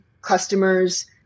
customers